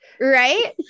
right